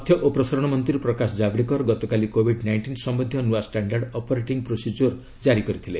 ତଥ୍ୟ ଓ ପ୍ରସାରଣ ମନ୍ତ୍ରୀ ପ୍ରକାଶ ଜାବଡେକର ଗତକାଲି କୋଭିଡ୍ ନାଇଷ୍ଟିନ ସମ୍ପନ୍ଧୀୟ ନୂଆ ଷ୍ଟାଣ୍ଡାର୍ଡ ଅପରେଟିଙ୍ଗ୍ ପ୍ରୋସିକିଓର ଜାରି କରିଛନ୍ତି